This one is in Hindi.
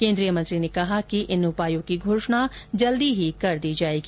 केन्द्रीय मंत्री ने कहा कि इन उपायों की घोषणा जल्द ही कर दी जाएगी